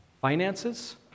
finances